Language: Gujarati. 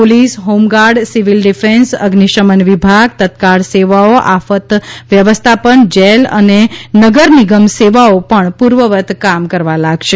પોલીસ હોમગાર્ડ સિવિલ ડિફેન્સ અઝ્નિશમન વિભાગ તત્કાલ સેવાઓ આફત વ્યવસ્થાપન જેલ અને નગર નિગમ સેવાઓ પણ પૂર્વવત કામ કરવા લાગશે